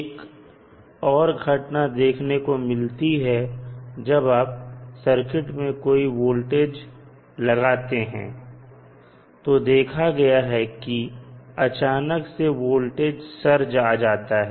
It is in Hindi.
एक और घटना देखने को मिलती है जब आप सर्किट में कोई वोल्टेज लगाते हैं तो देखा गया है कि अचानक से वोल्टेज सर्ज आ जाता है